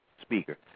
speaker